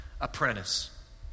apprentice